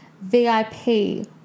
VIP